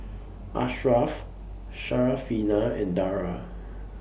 Ashraf Syarafina and Dara